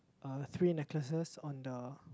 uh three necklaces on the